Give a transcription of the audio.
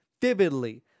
vividly